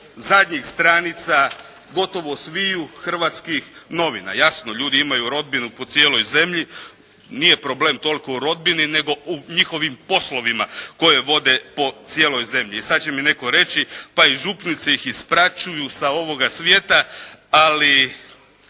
zadnjih stranica gotovo sviju hrvatskih novina. Jasno, ljudi imaju rodbinu po cijeloj zemlji. Nije problem toliko u rodbini nego u njihovim poslovima koje vode po cijeloj zemlji i sad će mi netko reći pa i župnici ih ispraćuju sa ovoga svijeta. Ali